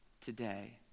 today